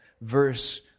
verse